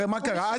הרי, מה קרה?